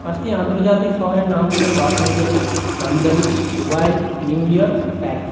পাঁচটি আন্তর্জাতিক শহরের নাম হলো Los Angeles London Dubai New York Paris